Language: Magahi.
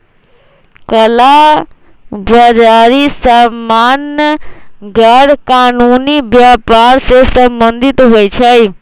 कला बजारि सामान्य गैरकानूनी व्यापर से सम्बंधित होइ छइ